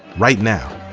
right now?